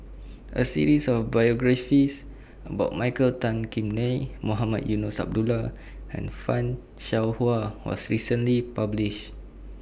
A series of biographies about Michael Tan Kim Nei Mohamed Eunos Abdullah and fan Shao Hua was recently published